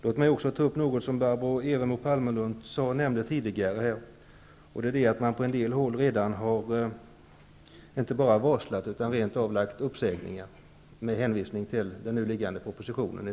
Låt mig också ta upp något som Barbro Evermo Palmerlund tidigare nämnde, nämligen att man på en del håll inte bara har varslat utan rent av gjort uppsägningar med hänvisning till den nu föreliggande propositionen.